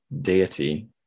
deity